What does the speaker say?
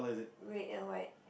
red and white